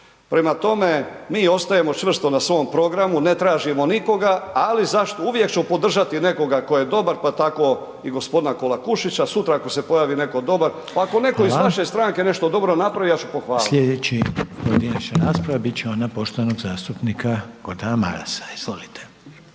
Prema tome, mi ostajemo čvrsto na svom programu, ne tražimo nikoga, ali zašto? Uvijek ću podržati nekoga tko je dobar, pa tako i g. Kolakušića, sutra ako se pojavi netko dobar .../Upadica: Hvala./... pa ako netko iz vaše stranke nešto dobro napravi, ja ću pohvaliti.